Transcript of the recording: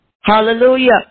Hallelujah